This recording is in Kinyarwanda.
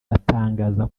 batangaza